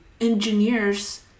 engineers